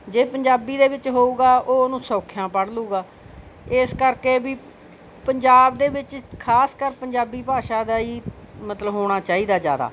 ਜੇ ਪੰਜਾਬੀ ਦੇ ਵਿੱਚ ਹੋਊਗਾ ਉਹ ਉਹਨੂੰ ਸੌਖਿਆਂ ਪੜਲੂਗਾ ਇਸ ਕਰਕੇ ਵੀ ਪੰਜਾਬ ਦੇ ਵਿੱਚ ਖ਼ਾਸ ਕਰ ਪੰਜਾਬੀ ਭਾਸ਼ਾ ਦਾ ਹੀ ਮਤਲਬ ਹੋਣਾ ਚਾਹੀਦਾ ਜ਼ਿਆਦਾ